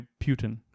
Putin